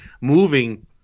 moving